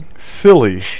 silly